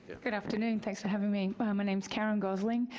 good afternoon, thanks for having me. but my name is karen gosling,